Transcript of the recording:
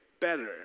better